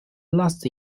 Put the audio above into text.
last